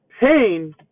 Pain